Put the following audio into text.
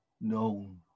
known